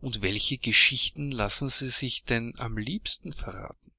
und welche geschichten lassen sie sich denn am liebsten verraten